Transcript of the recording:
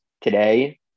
today